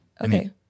Okay